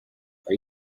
are